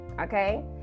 okay